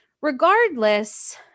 regardless